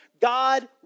God